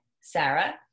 Sarah